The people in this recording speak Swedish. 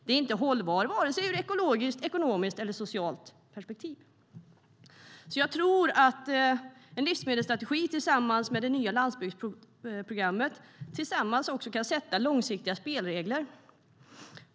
Det är inte hållbart vare sig ur ett ekologiskt, ekonomiskt eller socialt perspektiv. Jag tror att en livsmedelsstrategi tillsammans med det nya landsbygdsprogrammet kan ge långsiktiga spelregler.